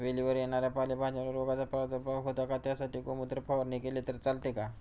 वेलीवर येणाऱ्या पालेभाज्यांवर रोगाचा प्रादुर्भाव होतो का? त्यासाठी गोमूत्र फवारणी केली तर चालते का?